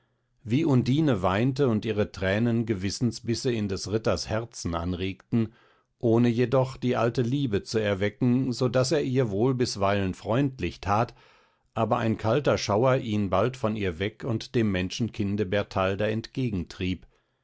wie undine weinte und ihre tränen gewissensbisse in des ritters herzen anregten ohne jedoch die alte liebe zu erwecken so daß er ihr wohl bisweilen freundlich tat aber ein kalter schauer ihn bald von ihr weg und dem menschenkinde bertalda entgegentrieb